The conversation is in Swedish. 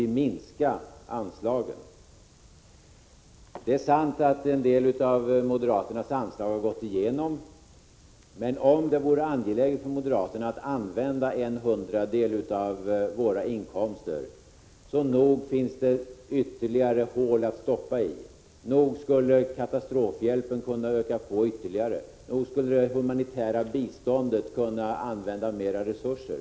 Det är sant att en del av moderaternas anslagsförslag har gått igenom. Men om det vore angeläget för moderaterna att använda en hundradel av våra inkomster till bistånd, nog finns det då ytterligare hål att stoppa i. Nog skulle katastrofhjälpen kunna ökas ytterligare. Nog skulle det humanitära biståndet kunna behöva större resurser.